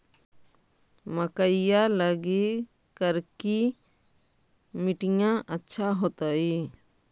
मकईया लगी करिकी मिट्टियां अच्छा होतई